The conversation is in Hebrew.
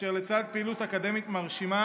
אשר לצד פעילות אקדמית מרשימה